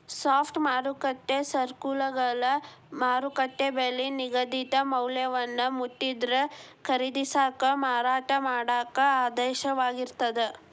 spot ಮಾರುಕಟ್ಟೆ ಸರಕುಗಳ ಮಾರುಕಟ್ಟೆ ಬೆಲಿ ನಿಗದಿತ ಮೌಲ್ಯವನ್ನ ಮುಟ್ಟಿದ್ರ ಖರೇದಿಸಾಕ ಮಾರಾಟ ಮಾಡಾಕ ಆದೇಶವಾಗಿರ್ತದ